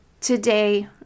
today